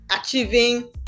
achieving